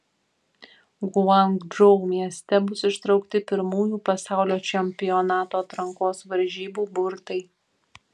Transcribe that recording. guangdžou mieste bus ištraukti pirmųjų pasaulio čempionato atrankos varžybų burtai